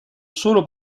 solo